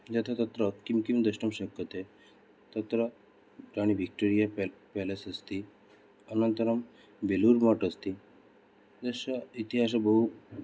यथा तत्र किं किं द्रष्टुं शक्यते तत्र राणी भिक्टोरिया पेल् पेलेस् अस्ति अनन्तरं बेलूरमठः अस्ति यस्य इतिहासः बहु